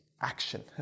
action